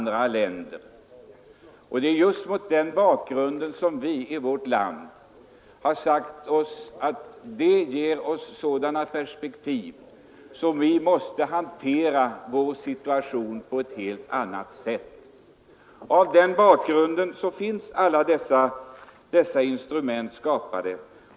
Det är just mot den bakgrunden som vi i vårt land sagt oss att vi måste hantera vår situation på ett annat sätt. Mot den bakgrunden är också dessa styrinstrument skapade.